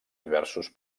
diversos